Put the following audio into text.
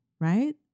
right